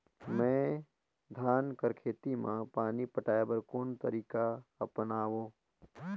मैं धान कर खेती म पानी पटाय बर कोन तरीका अपनावो?